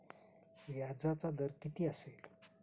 व्याजाचा दर किती असेल?